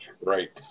right